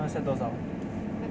什么 set 多少